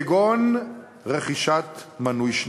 כגון רכישת מינוי שנתי.